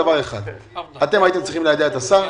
אתם הייתם צריכים ליידע את השר.